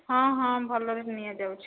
ହଁ ହଁ ଭଲରେ ନିଆଯାଉଛି